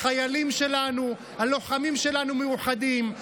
החיילים שלנו, הלוחמים שלנו, מאוחדים.